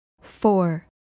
four